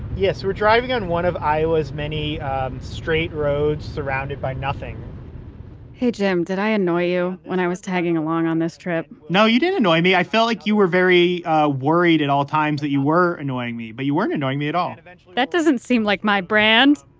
yes, we're driving on one of iowa's many straight roads surrounded by nothing hey, jim, did i annoy you when i was tagging along on this trip? no, you didn't annoy me. i felt like you were very worried at all times that you were annoying me, but you weren't annoying me at all eventually, that doesn't seem like my brand